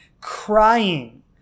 crying